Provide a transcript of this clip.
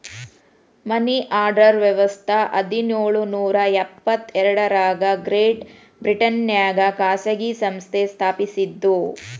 ಮನಿ order ವ್ಯವಸ್ಥ ಹದಿನೇಳು ನೂರ ಎಪ್ಪತ್ ಎರಡರಾಗ ಗ್ರೇಟ್ ಬ್ರಿಟನ್ನ್ಯಾಗ ಖಾಸಗಿ ಸಂಸ್ಥೆ ಸ್ಥಾಪಸಿದ್ದು